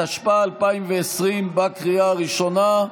התשפ"א 2020, בקריאה הראשונה.